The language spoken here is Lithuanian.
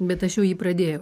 bet aš jau jį pradėjau